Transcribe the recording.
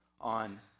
on